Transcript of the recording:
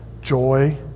joy